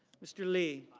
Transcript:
mr. lee.